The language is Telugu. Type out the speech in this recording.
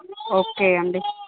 ఓకే అండి